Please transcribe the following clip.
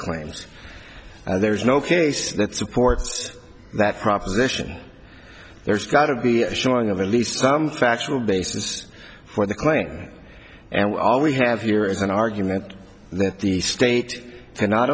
claims there's no case that supports that proposition there's got to be a showing of at least some factual basis for the claim and all we have here is an argument that the state cannot